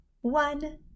one